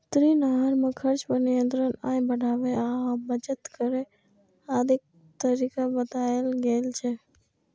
ऋण आहार मे खर्च पर नियंत्रण, आय बढ़ाबै आ बचत करै आदिक तरीका बतायल गेल छै